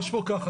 יש פה ככה,